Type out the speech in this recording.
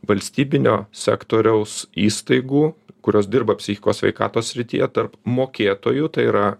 valstybinio sektoriaus įstaigų kurios dirba psichikos sveikatos srityje tarp mokėtojų tai yra